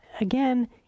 again